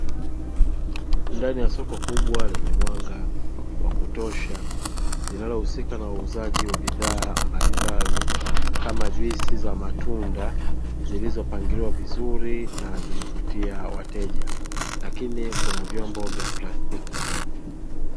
Ndani ya soko kubwa lenye mwanga wa kutosha linalohusika na uuzaji wa bidhaa mbalimbali kama jiisi za matunda zilizopangiliwa vizuri na zinavutia wateja. Lakini kuna vyombo vya plastiki.